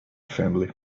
family